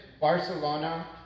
Barcelona